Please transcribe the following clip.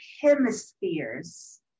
hemispheres